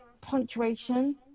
punctuation